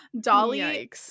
Dolly